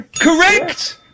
Correct